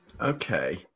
Okay